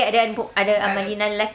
eh ada amalina lelaki